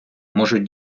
можуть